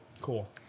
Cool